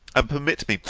and permit me,